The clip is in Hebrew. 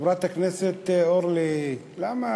חברת הכנסת אורלי, למה